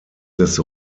des